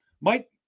Mike